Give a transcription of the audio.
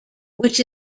which